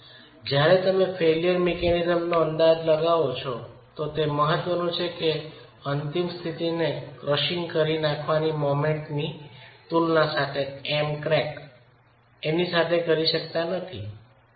જ્યારે તમે ફેઇલ્યર મિકેનિઝમનો અંદાજ લગાવો છો તે મહત્વનું છે અંતિમ સ્થિતિને ક્રસિંગ કરી નાખવાની મોમેન્ટે તેની તુલના M crack સાથે કરી શકતા નથી